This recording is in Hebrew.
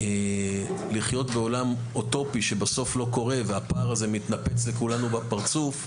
לחיות בעולם אוטופי שבסוף לא קורה והפער הזה מתנפץ לכולנו בפרצוף,